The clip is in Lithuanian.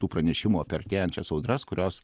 tų pranešimų apie artėjančias audras kurios